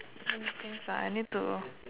thanks ah I need to